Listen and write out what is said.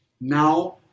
Now